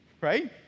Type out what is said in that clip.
right